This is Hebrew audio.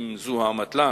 אם זאת האמתלה,